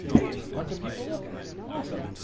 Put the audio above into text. is a bunch of people looking awesome